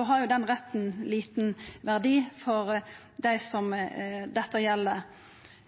har den retten liten verdi for dei som dette gjeld.